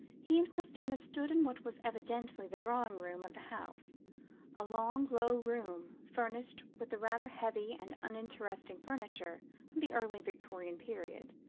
he and christina stood in what was evidently the drawing-room of the house a long low room, furnished with the rather heavy and uninteresting furniture of the early victorian period,